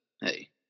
Hey